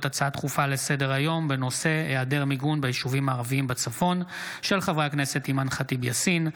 דיון בהצעה לסדר-היום של חברי הכנסת אימאן ח'טיב יאסין,